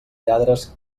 lladres